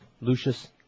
Lucius